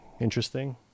interesting